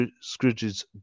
Scrooge's